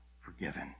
forgiven